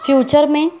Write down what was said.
future में